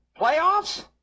Playoffs